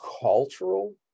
cultural